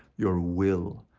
your will,